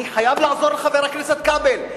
אני חייב לעזור לחבר הכנסת כבל,